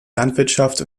landwirtschaft